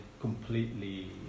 completely